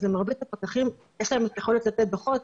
אז למרבית הפקחים יש את היכולת לתת דוחות,